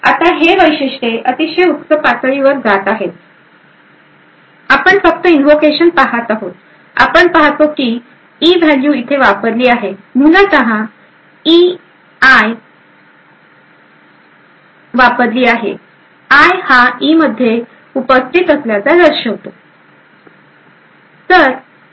आता हे वैशिष्ट्ये अतिशय उच्च पातळीवर जात आहेत आपण फक्त इंवोकेशन पाहत आहोत आपण पाहतो की ई व्हॅल्यू इथे वापरली आहे मूलत ei आय हा ई मध्ये उपस्थित असल्याचे दर्शवतो